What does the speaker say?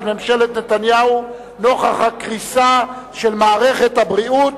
ממשלת נתניהו נוכח הקריסה של מערכת הבריאות